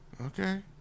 Okay